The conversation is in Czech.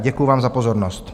Děkuji vám za pozornost.